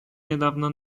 niedawno